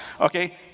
okay